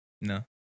No